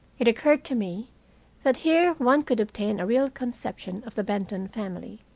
it occurred to me that here one could obtain a real conception of the benton family,